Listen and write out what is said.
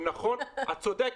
את צודקת.